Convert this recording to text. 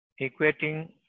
equating